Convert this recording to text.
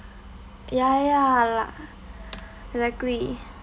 ya ya la~ exactly